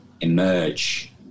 emerge